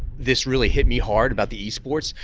this really hit me hard about the ea sports.